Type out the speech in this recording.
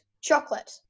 chocolate